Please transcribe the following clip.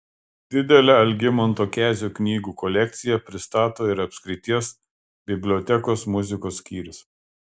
didelę algimanto kezio knygų kolekciją pristato ir apskrities bibliotekos muzikos skyrius